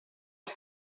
del